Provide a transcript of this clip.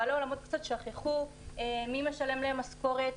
בעלי האולמות קצת שכחו מי משלם להם משכורת,